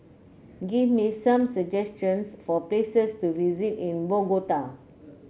give me some suggestions for places to visit in Bogota